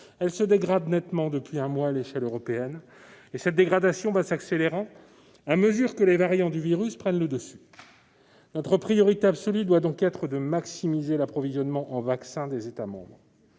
Elle se dégrade nettement depuis un mois à l'échelle européenne et cette dégradation va s'accélérant à mesure que les variants du virus prennent le dessus. Notre priorité absolue doit être de maximiser l'approvisionnement en vaccins des États.